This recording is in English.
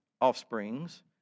offspring's